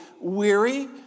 weary